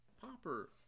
popper